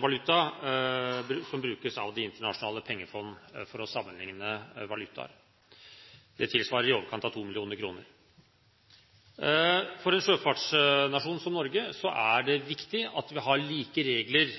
valuta som brukes av Det internasjonale pengefondet for å sammenligne valutaer. Det tilsvarer i overkant av 2 mill. kr. For en sjøfartsnasjon som Norge er det viktig at vi har like regler